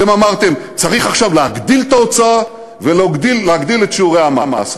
אתם אמרתם: צריך עכשיו להגדיל את ההוצאה ולהגדיל את שיעורי המס.